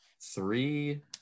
three –